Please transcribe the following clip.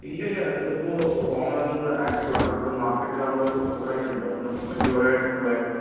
ഇല്ല ഇല്ല ഇതിപ്പോൾ ഓണം ആയതുകൊണ്ട് ആക്ടിവ് ആണ് എപ്പോഴും മാർക്കറ്റ് നമ്മൾ ഫുൾ ആയിട്ട് ഉണ്ടാവും ഇന്നും ഈ ഒരു ആഴ്ച ഫുൾ ആയിട്ട് ഉണ്ടാവും